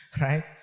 right